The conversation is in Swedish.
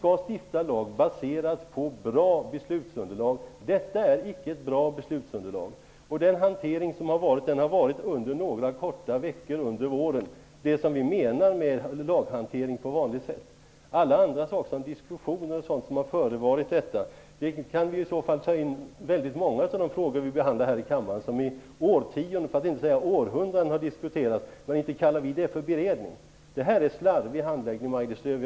Detta är icke ett bra beslutsunderlag. Det vi menar med laghantering på vanligt sätt har skett under några korta veckor under våren. Diskussioner och annat har förevarit det. Väldigt många av de frågor vi behandlar här i kammaren har diskuterats i årtionden, för att inte säga århundraden. Inte kallar vi det för beredning! Det här är slarvig handläggning, Maj-Lis Lööw!